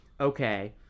okay